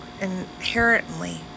inherently